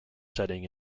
setting